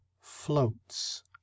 floats